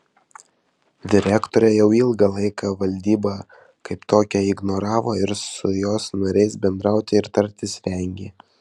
direktorė jau ilgą laiką valdybą kaip tokią ignoravo ir su jos nariais bendrauti ir tartis vengė